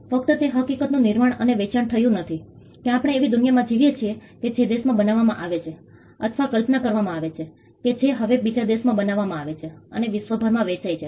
ફક્ત તે હકીકતનું નિર્માણ અને વેચાણ થયું નથી કે આપણે એવી દુનિયામાં જીવીએ છીએ કે જે દેશમાં બનાવવામાં આવે છે અથવા કલ્પના કરવામાં આવે છે કે જે હવે બીજા દેશમાં બનાવવામાં આવે છે અને વિશ્વભરમાં વેચાય છે